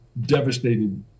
devastated